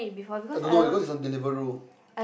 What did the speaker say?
I don't know because it's on Deliveroo